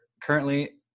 currently